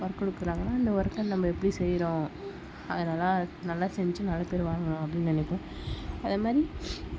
work கொடுக்குறாங்கன்னா அந்த ஒர்க்கை நம்ம எப்படி செய்கிறோம் அதனால் நல்லா செஞ்சு நல்ல பேர் வாங்கணும் அப்படின்னு நினைப்போம் அதே மாதிரி